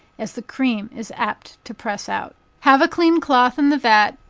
as the cream is apt to press out. have a clean cloth in the vat,